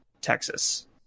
texas